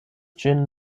ĝin